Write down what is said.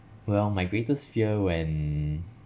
well my greatest fear when